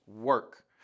work